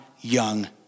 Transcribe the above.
young